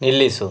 ನಿಲ್ಲಿಸು